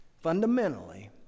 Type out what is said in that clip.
fundamentally